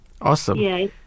Awesome